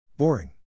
boring